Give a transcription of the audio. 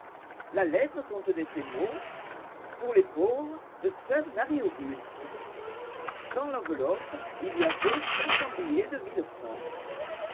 la lettre contenait ces mots pour les pauvres de sœur marie auguste dans l'enveloppe il y avait cinq cents billets de mille francs